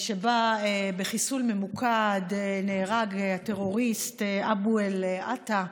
שבה בחיסול ממוקד נהרג הטרוריסט אבו אל-עטא,